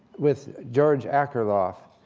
with george akerlof